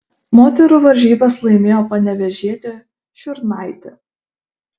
moterų varžybas laimėjo panevėžietė šiurnaitė